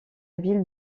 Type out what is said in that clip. ville